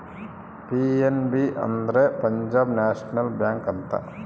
PNB ಅಂದ್ರೆ Punjab national bank ಅಂತ